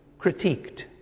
critiqued